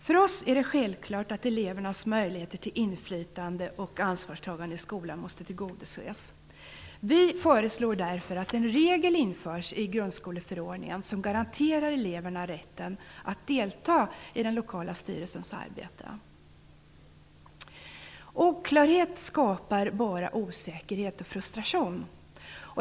För oss är det självklart att elevernas möjligheter till inflytande och ansvarstagande i skolan måste tillgodoses. Vi föreslår därför att en regel införs i grundskoleförordningen som garanterar eleverna rätten att delta i den lokala styrelsens arbete. Oklarhet skapar bara osäkerhet och frustration.